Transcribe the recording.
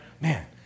man